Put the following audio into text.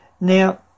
Now